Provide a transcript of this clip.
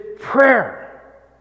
prayer